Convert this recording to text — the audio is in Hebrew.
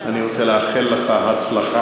אני רוצה לאחל לך הצלחה.